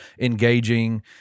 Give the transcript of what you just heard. engaging